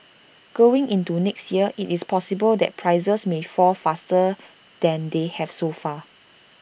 going into next year IT is possible that prices may fall faster than they have so far